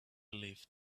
believed